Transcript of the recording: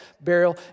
burial